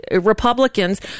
Republicans